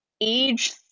age